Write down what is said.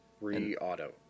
Re-auto